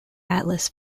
atlas